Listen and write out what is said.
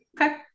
Okay